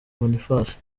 boniface